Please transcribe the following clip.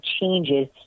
changes